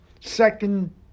Second